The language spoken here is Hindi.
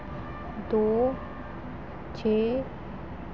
दो छः